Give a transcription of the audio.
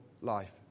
life